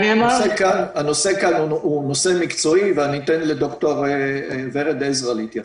הנושא כאן הוא נושא מקצועי ואתן לד"ר ורד עזרא להתייחס.